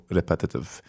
repetitive